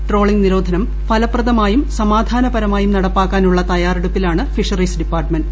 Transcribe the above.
trawling നിരോധനം ഫലപ്രദമായും സമാധാനപരമായും നടപ്പാക്കാനുള്ള തയ്യാറെടുപ്പിലാണ് ഫിഷറീസ് ഡിപ്പാർട്ട്മെൻറ്